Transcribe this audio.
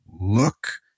look